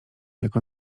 jako